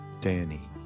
Danny